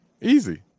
Easy